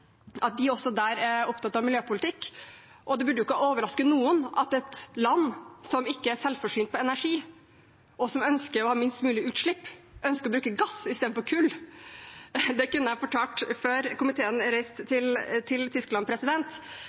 at de også der er opptatt av miljøpolitikk. Det burde jo ikke overraske noen at et land som ikke er selvforsynt med energi, og som ønsker å ha minst mulig utslipp, ønsker å bruke gass i stedet for kull. Det kunne jeg ha fortalt før komiteen reiste til Tyskland.